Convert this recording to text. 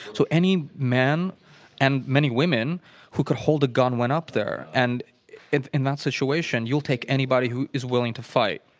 any men and many women who could hold a gun went up there, and in that situation you'll take anybody who is willing to fight.